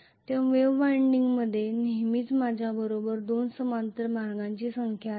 तर वेव्ह वाइंडिंगमध्ये नेहमीच माझ्या बरोबर 2 समानांतर मार्गांची संख्या असते